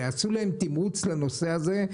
יעשו להם תמרוץ לנושא הזה,